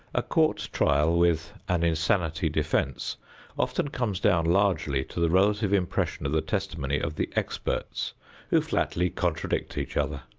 a court trial with an insanity defense often comes down largely to the relative impression of the testimony of the experts who flatly contradict each other,